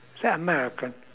is that american